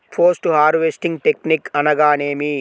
Post harvesting technique అనగా నేమి?